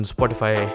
Spotify